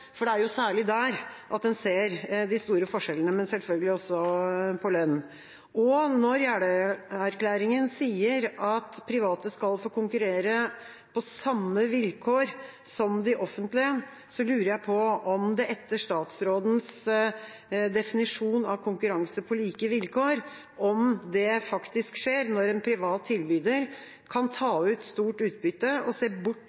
Det er særlig der en ser de store forskjellene, men selvfølgelig også når det gjelder lønn. Når Jeløya-erklæringen sier at private skal få konkurrere på samme vilkår som de offentlige, lurer jeg på om det – etter statsrådens definisjon av «konkurranse på like vilkår» – faktisk skjer, når en privat tilbyder kan ta ut stort utbytte og se bort